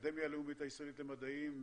האקדמיה הלאומית הישראלית למדעים,